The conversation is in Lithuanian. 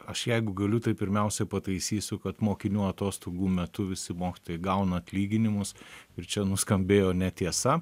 aš jeigu galiu tai pirmiausia pataisysiu kad mokinių atostogų metu visi mokytojai gauna atlyginimus ir čia nuskambėjo netiesa